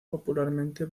popularmente